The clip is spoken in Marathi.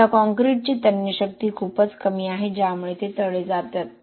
आता कॉंक्रिटची तन्य शक्ती खूपच कमी आहे ज्यामुळे ते तडे जाते